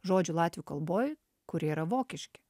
žodžių latvių kalboj kurie yra vokiški